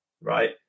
right